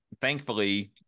thankfully